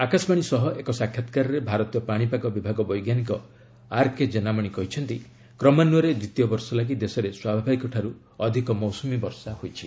ଆକାଶବାଣୀ ସହ ଏକ ସାକ୍ଷାତ୍କାରରେ ଭାରତୀୟ ପାଣିପାଗ ବିଭାଗ ବୈଜ୍ଞାନିକ ଆର୍କେ ଜେନାମଣି କହିଛନ୍ତି କ୍ରମାନ୍ୟରେ ଦ୍ୱିତୀୟ ବର୍ଷ ଲାଗି ଦେଶରେ ସ୍ୱାଭାବିକଠାରୁ ଅଧିକ ମୌସୁମୀ ବର୍ଷା ହୋଇଛି